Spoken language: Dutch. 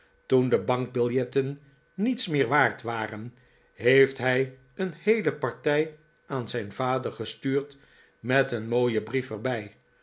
toen de bankbiljetten niets meer waard waren heeft hij een heele partij aan zijn vader gestuurd met een mooien brief